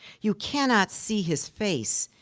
you cannot see his face,